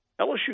LSU